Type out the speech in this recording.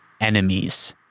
enemies